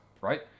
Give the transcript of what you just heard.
right